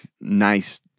nice